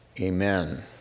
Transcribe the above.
amen